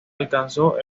alcanzó